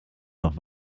noch